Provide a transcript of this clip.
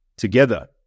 Together